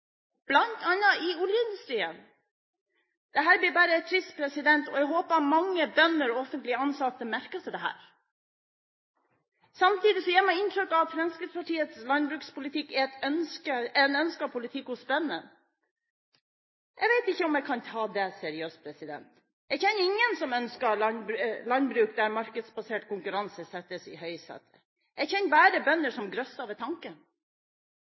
bl.a. i oljeindustrien. Dette blir bare trist, og jeg håper mange bønder og offentlig ansatte merker seg dette. Samtidig gir man inntrykk av at Fremskrittspartiets landbrukspolitikk er en ønsket politikk hos bøndene. Jeg vet ikke om jeg kan ta det seriøst. Jeg kjenner ingen som ønsker landbruk der markedsbasert konkurranse settes i høysetet. Jeg kjenner bare bønder som grøsser ved tanken.